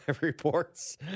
Reports